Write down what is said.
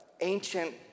ancient